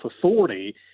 authority